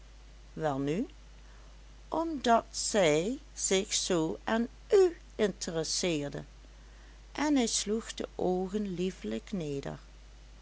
welnu omdat zij zich zoo aan u intéresseerde en hij sloeg de oogen liefelijk neder